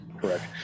correct